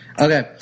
Okay